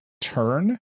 turn